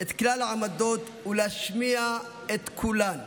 את כלל העמדות ולהשמיע את כולן.